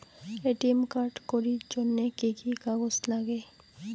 ATM card করির জন্যে কি কি কাগজ নাগে?